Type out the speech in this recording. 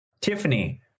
Tiffany